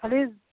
খালি